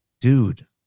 Dude